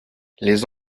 les